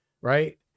right